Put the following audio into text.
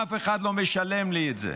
אף אחד לא משלם לי את זה.